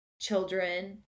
children